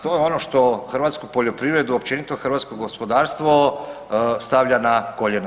To je ono što hrvatsku poljoprivredu, općenito hrvatsko gospodarstvo stavlja na koljena.